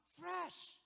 fresh